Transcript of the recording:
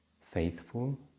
faithful